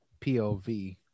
POV